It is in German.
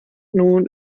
nun